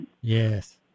Yes